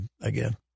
again